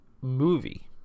movie